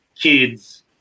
kids